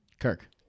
Kirk